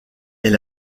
est